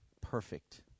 perfect